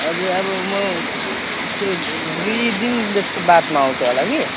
हजुर अब म त्यो दुई दिन जस्तो बादमा आउँछु होला कि